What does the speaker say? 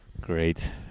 Great